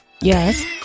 Yes